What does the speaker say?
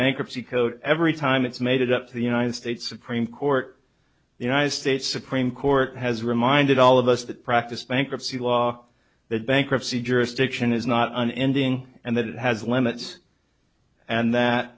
bankruptcy code every time it's made up the united states supreme court the united states supreme court has reminded all of us that practice bankruptcy law that bankruptcy jurisdiction is not an ending and that it has limits and that